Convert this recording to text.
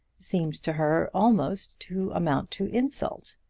seemed to her almost to amount to insult.